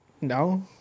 no